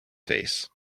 face